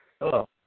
Hello